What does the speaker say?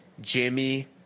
Jimmy